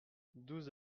douze